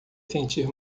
sentir